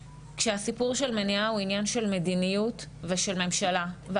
כשהסיפור של מניעה הוא עניין של מדיניות ושל ממשלה.